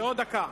בעוד דקה,